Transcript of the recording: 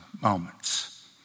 moments